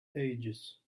ages